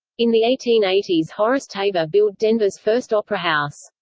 in the eighteen eighty s horace tabor built denver's first opera house.